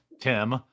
Tim